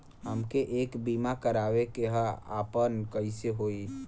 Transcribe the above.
हमके एक बीमा करावे के ह आपन कईसे होई?